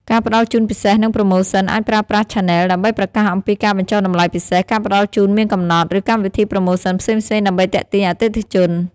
ការផ្ដល់ជូនពិសេស និងប្រូម៉ូសិន អាចប្រើប្រាស់ឆានែល ដើម្បីប្រកាសអំពីការបញ្ចុះតម្លៃពិសេស ការផ្ដល់ជូនមានកំណត់ ឬកម្មវិធីប្រូម៉ូសិនផ្សេងៗ ដើម្បីទាក់ទាញអតិថិជន។